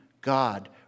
God